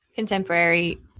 contemporary